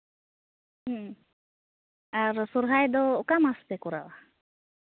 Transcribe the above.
ᱦᱮᱸ ᱟᱨ ᱥᱚᱦᱨᱟᱭ ᱫᱚ ᱚᱠᱟ ᱢᱟᱥ ᱯᱮ ᱠᱚᱨᱟᱣᱟ